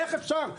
איך אפשר,